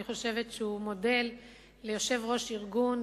אני חושבת שהוא מודל ליושב-ראש ארגון,